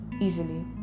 easily